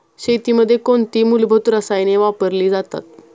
शेतीमध्ये कोणती मूलभूत रसायने वापरली जातात?